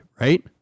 right